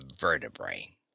vertebrae